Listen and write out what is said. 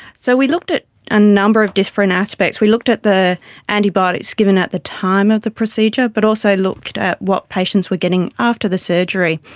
so we looked at a number of different aspects, we looked at the antibiotics given at the time of the procedure, but also looked at what patients were getting after the surgery,